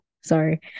sorry